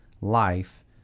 life